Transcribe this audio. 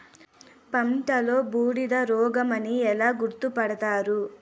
పంటలో బూడిద రోగమని ఎలా గుర్తుపడతారు?